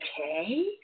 okay